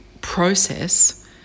process